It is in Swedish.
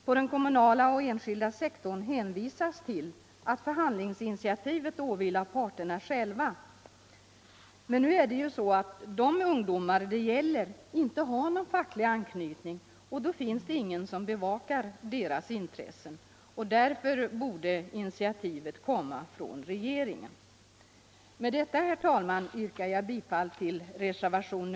På den kommunala och den enskilda sektorn hänvisas till att förhandlingsinitiativet åvilar parterna själva. Men de ungdomar det gäller har inte någon facklig anknytning. och då finns det ingen som bevakar deras intressen. Därför borde initiativet komma från regeringen.